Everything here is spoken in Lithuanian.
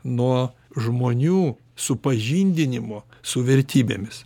nuo žmonių supažindinimo su vertybėmis